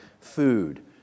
food